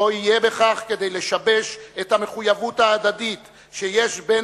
לא יהיה בכך כדי לשבש את המחויבות ההדדית שיש בין